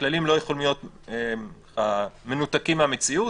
הכללים לא יכולים להיות מנותקים מהמציאות,